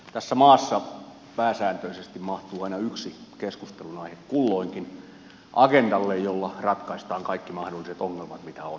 tässä maassa pääsääntöisesti mahtuu aina yksi keskustelunaihe kulloinkin agendalle jolla ratkaistaan kaikki mahdolliset ongelmat mitä on suinkin keksitty